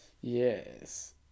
Yes